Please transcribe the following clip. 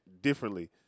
differently